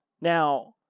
Now